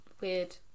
weird